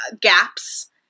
Gaps